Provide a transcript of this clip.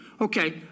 Okay